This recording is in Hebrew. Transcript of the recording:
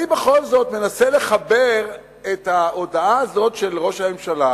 אני בכל זאת מנסה לחבר את ההודעה הזאת של ראש הממשלה